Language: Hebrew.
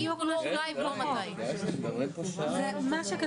למה זה מחליש?